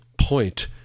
point